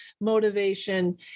motivation